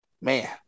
man